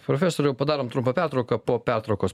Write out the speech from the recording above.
profesoriau padarom trumpą pertrauką po pertraukos